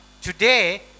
today